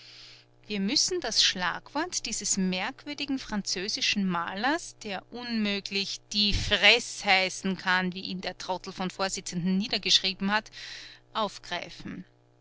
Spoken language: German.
wir müssen das schlagwort dieses merkwürdigen französischen malers der unmöglich diefreß heißen kann wie ihn der trottel von vorsitzenden niedergeschrieben hat aufgreifen